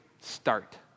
start